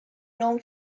known